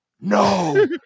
No